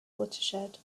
watershed